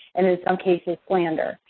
and in some cases, slander.